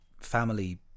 family